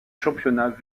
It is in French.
championnat